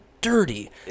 dirty